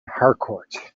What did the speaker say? harcourt